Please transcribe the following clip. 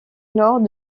nord